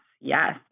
Yes